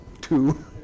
two